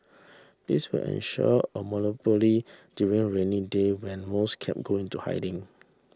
this will ensure a monopoly during rainy day when most cab go into hiding